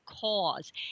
cause